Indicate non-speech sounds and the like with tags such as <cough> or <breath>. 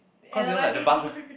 cause you know like the bus <breath>